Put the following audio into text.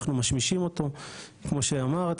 אנחנו משמישים אותו כמו שאמרת,